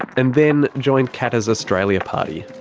and then joined katter's australia party.